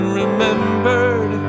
remembered